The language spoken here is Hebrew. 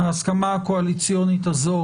ההסכמה הקואליציונית הזאת